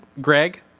Greg